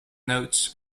notes